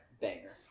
banger